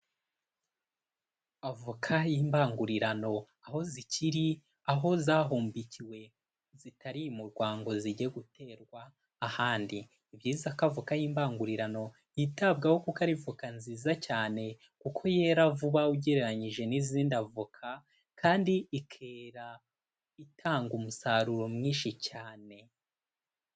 Avoka y'imbangurirano aho zikiri aho zahumbikiwe zitarimurwa ngo zijye guterwa ahandi, ni byiza ko avoka y'imbangurirano yitabwaho kuko ari ivoka nziza cyane kuko yera vuba ugereranyije n'izindi avoka kandi ikera itanga umusaruro mwinshi cyane.